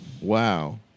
Wow